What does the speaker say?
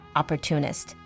opportunist